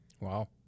Wow